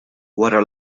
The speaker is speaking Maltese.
wara